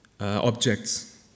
objects